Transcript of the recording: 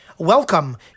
Welcome